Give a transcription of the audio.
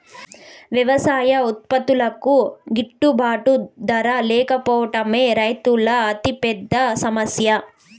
వ్యవసాయ ఉత్పత్తులకు గిట్టుబాటు ధర లేకపోవడమే రైతుల అతిపెద్ద సమస్య